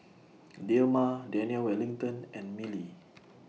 Dilmah Daniel Wellington and Mili